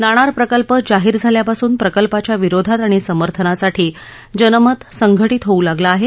नाणार प्रकल्प जाहीर झाल्यापासून प्रकल्पाच्या विरोधात आणि समर्थनासाठी जनमत संघटित होऊ लागलं आहे